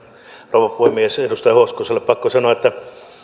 rouva puhemies edustaja hoskoselle pakko sanoa että